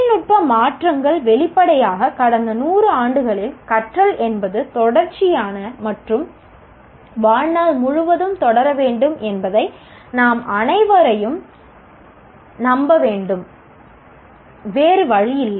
தொழில்நுட்ப மாற்றங்கள் வெளிப்படையாக கடந்த நூறு ஆண்டுகளில் கற்றல் என்பது தொடர்ச்சியான மற்றும் வாழ்நாள் முழுவதும் தொடர வேண்டும் என்பதை நம் அனைவரையும் நம்பவேண்டும் வேறு வழியில்லை